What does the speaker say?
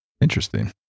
Interesting